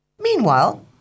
Meanwhile